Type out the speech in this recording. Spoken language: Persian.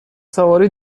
سواری